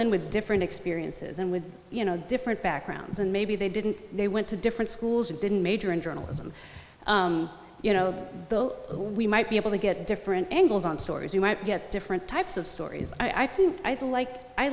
in with different experiences and with you know different backgrounds and maybe they didn't they went to different schools and didn't major in journalism you know we might be able to get different angles on stories you might get different types of stories i think i'd like i